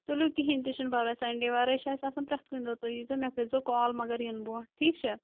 تُِیو کِہیٖنٛۍ تہِ چھُنہٕ پَرواے سَنٛڈے وَرٲے چھِ أسۍ آسان پرٛٮ۪تھ کُنہِ دۄہ تُہۍ ییٖزیٚو مےٚ کٔرۍزیٚو کال مَگر یِنہٕ برٛونٛٹھ ٹھیٖک چھا